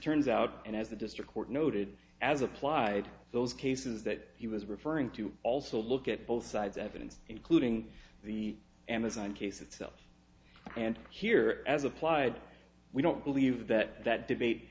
turns out and as the district court noted as applied those cases that he was referring to also look at both sides evidence including the amazon case itself and here as applied we don't believe that that debate